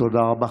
תודה רבה.